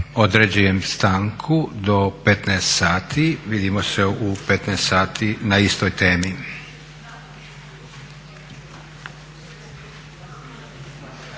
Određujem stanku do 15 sati. Vidimo se u 15 sati na istoj temi.